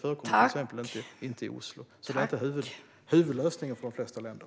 Det är alltså inte huvudlösningen för de flesta länder.